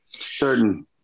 certain